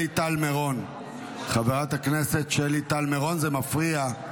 שלי טל מירון, חברת הכנסת שלי טל מירון, זה מפריע.